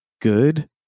good